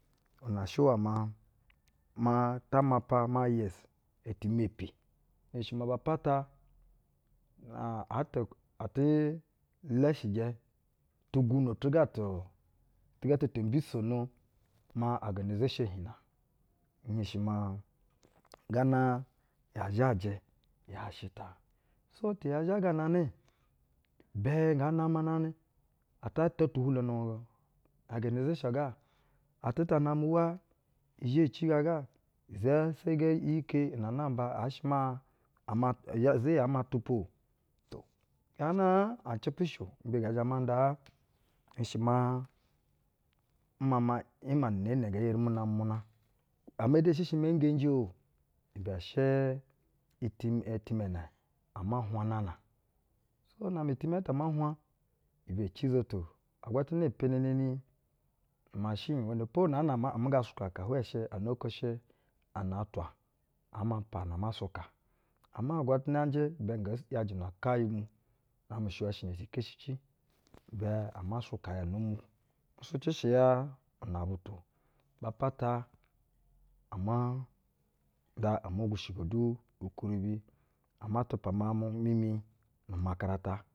Na shɛ iwɛ maa, maa ta mapa maa iɧ eti mepi. Nheshi ma aba pata aa a atɛ, atɛ lɛeshijɛ tugwuno tug a tu, tu gata to mbisono maa a gana zeshuɧ hiɧ na. Nhenshi maa gana yaa zhajɛ yaa shɛ ta. Nu gana ata, tɛ yaa zhagananɛ, ibɛ nga namananɛ, ata ta tuhulo na oganazeshuɧ ga, atɛ ta namɛ uwa i zhe ci gaga, i zasaga iyi ike inɛ namba aa shɛ maa, ama, iza-iyi aa ma tupa o. To, gaa naa aɧ cɛpɛcɛ shɛ o, imbe ngɛ zhɛ ma ndaa? Nshɛ ma nmama ‘ima ni inɛɛ nɛ nge ‘yeri mu na muna, ama de shɛ shɛ maa nhenji o, ibɛ shɛ iti, itimɛ nɛ ama nhwa nan a- nu gana ata, na amɛ itimɛ ɛtɛ ama nhwa, ibɛ ci-uzoto agwatana mpeneneni umashin iwɛnɛ po unaa na ma, umu ga sukaka hwɛɛ shɛ ana oko shɛ ana atwa aa ma pana ama suka, ama agwatana njɛ ibɛ nga ‘iyajɛ una ukanyɛ ma namɛ shɛywa shɛ na shi keshici ibɛ ama suka ya una ma, nsucɛ ya una butu. Ba pata ama nda omu gwushigo du ukwuribi ama tupa miauɧ mu mi nu umakarata.